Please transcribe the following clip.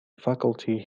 faculty